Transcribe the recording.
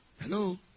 Hello